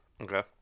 Okay